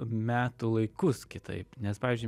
metų laikus kitaip nes pavyzdžiui